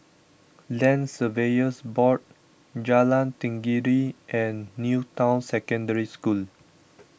Land Surveyors Board Jalan Tenggiri and New Town Secondary School